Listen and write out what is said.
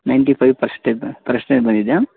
ninety five percentage percentage ಬಂದಿದೆಯಾ